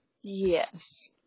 Yes